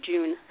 June